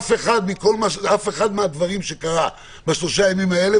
אף אחד מהדברים שקרו ב-3 הימים האלה,